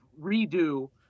redo